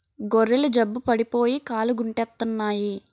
గొర్రెలు జబ్బు పడిపోయి కాలుగుంటెత్తన్నాయి